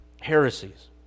heresies